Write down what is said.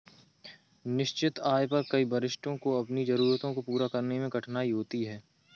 निश्चित आय पर कई वरिष्ठों को अपनी जरूरतों को पूरा करने में कठिनाई होती है